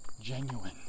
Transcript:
genuine